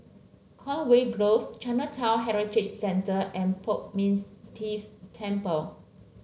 Conway Grove Chinatown Heritage Centre and Poh Ming Tse Temple